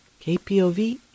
KPOV